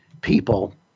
people